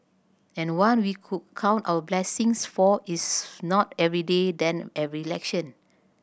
and one we could count our blessings for its not every day then every election